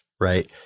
right